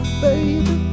baby